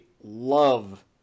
love